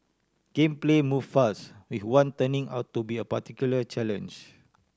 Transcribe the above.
game play moved fast with one turning out to be a particular challenge